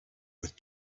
with